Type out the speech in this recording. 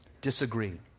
disagree